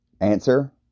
Answer